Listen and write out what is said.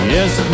Yes